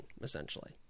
essentially